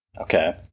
Okay